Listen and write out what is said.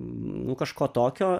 nu kažko tokio